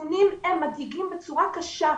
הנתונים הם מדאיגים בצורה קשה,